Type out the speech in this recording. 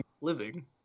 living